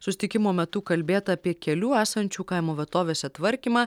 susitikimo metu kalbėta apie kelių esančių kaimo vietovėse tvarkymą